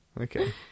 Okay